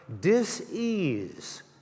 dis-ease